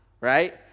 Right